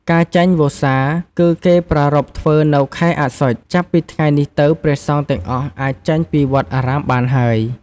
ការចេញវស្សា គឺគេប្រារព្ធធ្វើនៅខែ អស្សុច ចាប់ពីថ្ងៃនេះទៅព្រះសង្ឃទាំងអស់អាចចេញពីវត្តអារាមបានហើយ។